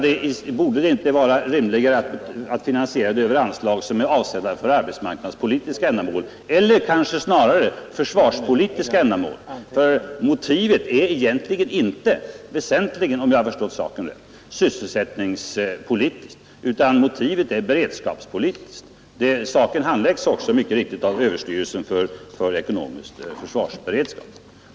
Det borde vara rimligare att finansiera sådana extra kostnader över anslag som är avsedda för arbetsmarknadspolitiska ändamål — eller kanske snarare försvarspolitiska ändamål. För motivet är inte väsentligen, om jag har förstått rätt, sysselsättningspolitiskt utan beredskapspolitiskt. Saken handläggs också mycket riktigt av överstyrelsen för ekonomisk försvarsberedskap.